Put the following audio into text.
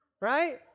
right